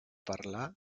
parlar